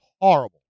horrible